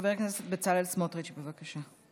חבר הכנסת בצלאל סמוטריץ', בבקשה.